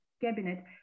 cabinet